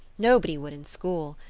nobody would in school.